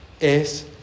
es